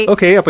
Okay